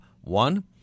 One